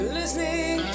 listening